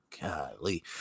Golly